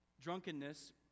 Drunkenness